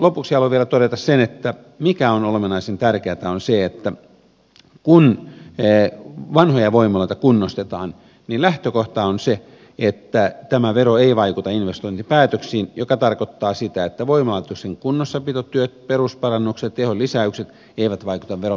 lopuksi haluan vielä todeta että se mikä on olennaisen tärkeätä on se että kun vanhoja voimaloita kunnostetaan niin lähtökohta on se että tämä vero ei vaikuta investointipäätöksiin mikä tarkoittaa sitä että voimalaitoksen kunnossapitotyöt perusparannukset ja tehonlisäykset eivät vaikuta veron määrään